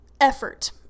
effort